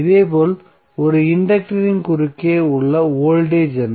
இதேபோல் ஒரு இன்டக்டரின் குறுக்கே உள்ள வோல்டேஜ் என்ன